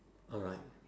alright